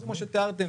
כמו שתיארתם,